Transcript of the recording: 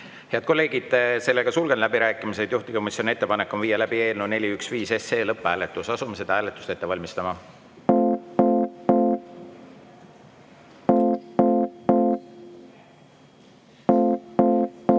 Head kolleegid, sulgen läbirääkimised. Juhtivkomisjoni ettepanek on viia läbi eelnõu 415 lõpphääletus. Asume seda hääletust ette valmistama.